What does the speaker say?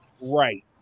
Right